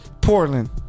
Portland